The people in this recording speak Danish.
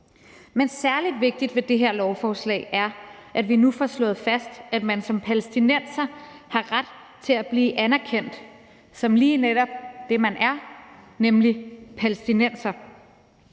Men særlig vigtigt ved det her lovforslag er, at vi nu får slået fast, at man som palæstinenser har ret til at blive anerkendt som lige netop det, man er, nemlig palæstinenser.